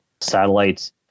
satellites